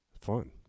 fun